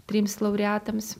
trims laureatams